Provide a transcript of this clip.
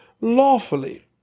lawfully